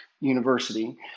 university